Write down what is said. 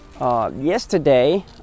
Yesterday